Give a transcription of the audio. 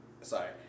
sorry